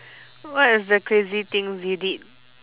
what is the crazy things you did